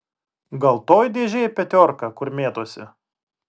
gal toj dėžėj petiorka kur mėtosi